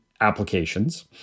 applications